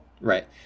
Right